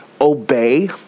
obey